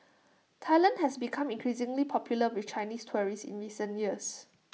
Thailand has become increasingly popular with Chinese tourists in recent years